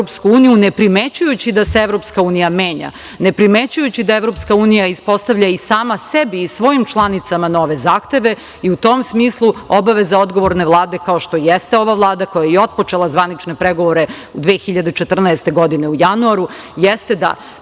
ne primećujući da se EU menja, ne primećujući da EU ispostavlja i sama sebi i svojim članicama nove zahteve i u tom smislu obaveza odgovorne Vlade, kao što jeste ova Vlada, koja je i otpočela zvanične pregovore 2014. godine u januaru, jeste da